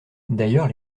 d’ailleurs